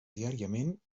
diàriament